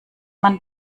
man